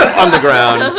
on the ground.